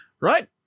right